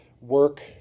work